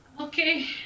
Okay